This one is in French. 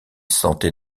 sentait